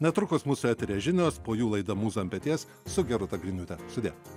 netrukus mūsų eteryje žinios po jų laida mūza ant peties su gerūta griniūte sudie